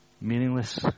meaningless